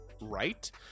right